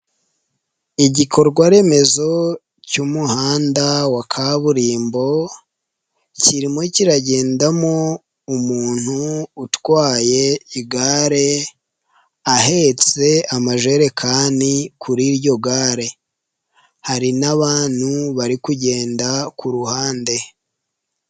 Igikorwaremezo cy'umuhanda wa kaburimbo, kirimo kiragendamo umuntu utwaye igare ahetse amajerekani kuri iryo gare, hari n'abantu bari kugenda ku ruhande.